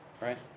right